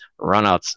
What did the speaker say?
Runouts